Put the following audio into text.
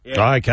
Okay